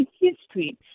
history